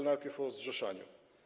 Najpierw o zrzeszaniu.